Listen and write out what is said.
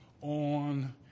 on